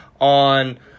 On